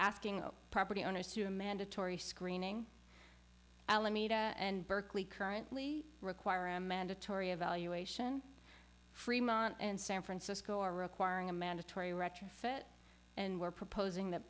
asking all property owners to mandatory screening alameda and berkeley currently require a mandatory evaluation fremont and san francisco are requiring a mandatory retrofit and we're proposing that